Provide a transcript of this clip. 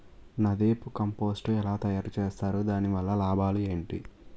NADEP compost ఎలా తయారు చేస్తారు? దాని వల్ల లాభాలు ఏంటి?